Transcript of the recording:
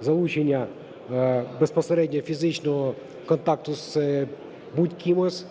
залучення безпосередньо фізичного контакту з будь-ким з